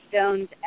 stones